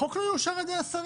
החוק לא יאושר על ידי השרים.